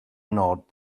nod